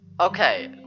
Okay